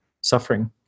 suffering